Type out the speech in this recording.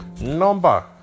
Number